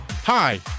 Hi